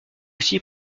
aussi